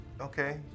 okay